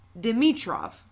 dimitrov